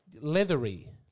leathery